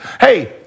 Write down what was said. hey